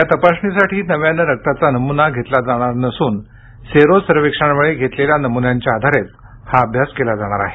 या तपासणीसाठी नव्यानं रक्ताचा नमुना घेतला जाणार नसून सेरो सर्वेक्षणावेळी घेतलेल्या नमुन्यांच्या आधारेच हा अभ्यास केला जाणार आहे